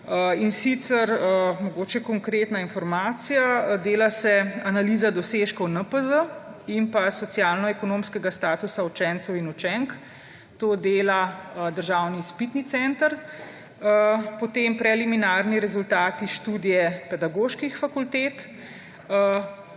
celoto. Mogoče konkretna informacija. Dela se analiza dosežkov NPZ in socialnoekonomskega statusa učencev in učenk. To dela Državni izpitni center. Potem preliminarni rezultati študije pedagoških fakultet,